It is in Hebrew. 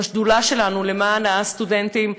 בשדולה שלנו למען הסטודנטים,